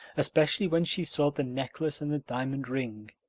especially when she saw the necklace and the diamond ring.